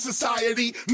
society